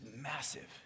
massive